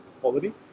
quality